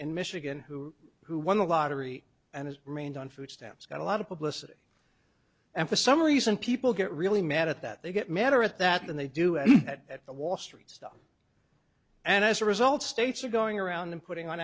d michigan who who won the lottery and has remained on food stamps got a lot of publicity and for some reason people get really mad at that they get madder at that than they do and at the wall street stop and as a result states are going around and putting on